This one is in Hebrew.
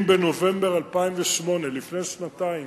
אם בנובמבר 2008, לפני שנתיים,